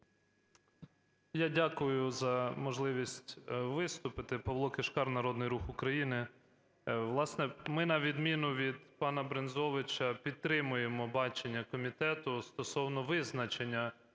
Я дякую за можливість виступити. ПавлоКишкар, Народний Рух України. Власне, ми на відміну від пана Брензовича підтримуємо бачення комітету стосовно визначення